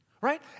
Right